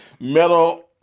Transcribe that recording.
metal